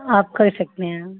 आप कर सकते हैं